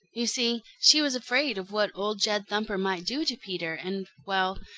you see, she was afraid of what old jed thumper might do to peter, and well,